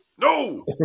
No